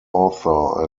author